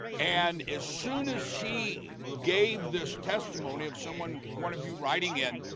and as soon as she gave this testimony of someone one of you writing in,